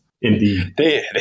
indeed